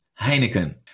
Heineken